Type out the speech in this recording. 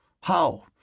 How